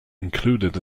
included